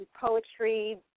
poetry